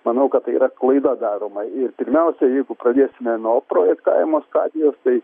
manau kad tai yra klaida daroma ir pirmiausia jeigu pradėsime nuo projektavimo stadijos tai